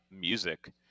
music